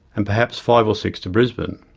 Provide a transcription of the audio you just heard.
and perhaps five or six to brisbane.